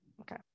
Okay